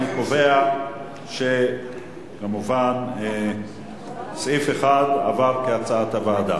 אני קובע שסעיף 1 עבר כהצעת הוועדה.